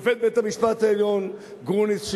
לשופט בית-המשפט העליון גרוניס,